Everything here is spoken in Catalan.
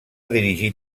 dirigir